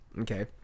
okay